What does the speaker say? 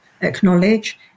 acknowledge